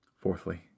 Fourthly